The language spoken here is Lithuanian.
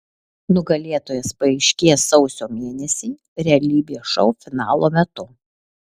nugalėtojas paaiškės sausio mėnesį realybės šou finalo metu